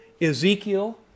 Ezekiel